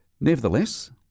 Nevertheless